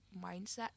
mindset